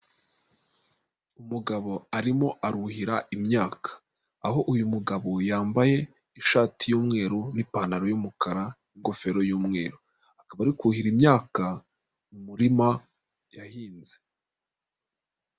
Umugabo arimo aruhira imyaka, aho uyu mugabo yambaye ishati y'umweru n'ipantaro y'umukara n'ingofero y'umweru, akaba ari kuhira imyaka mu murima yahinze.